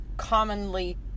commonly